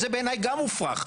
שזה בעיניי גם מופרך.